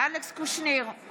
אלכס קושניר, נגד